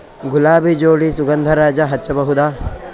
ಗುಲಾಬಿ ಜೋಡಿ ಸುಗಂಧರಾಜ ಹಚ್ಬಬಹುದ?